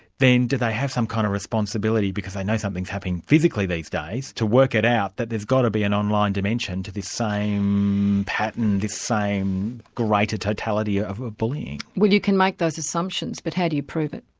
then do they have some kind of responsibility because they know something's happening physically these days, to work it out that there's got to be an online dimension to the same pattern, this same greater totality ah of ah bullying? well you can make those assumptions, but how do you prove it?